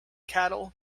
cattle